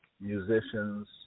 musicians